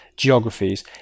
geographies